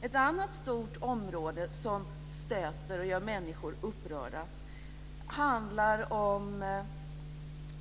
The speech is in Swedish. Ett annat stort område som stöter och gör människor upprörda handlar om